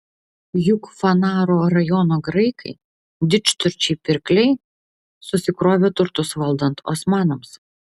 juk fanaro rajono graikai didžturčiai pirkliai susikrovė turtus valdant osmanams